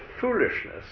foolishness